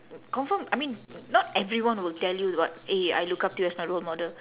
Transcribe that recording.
confirm I mean not everyone will tell you [what] eh I look up to you as my role model